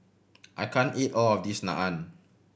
I can't eat all of this Naan